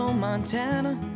Montana